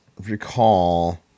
recall